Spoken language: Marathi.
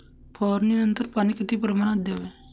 फवारणीनंतर पाणी किती प्रमाणात द्यावे?